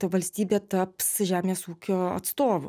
ta valstybė taps žemės ūkio atstovu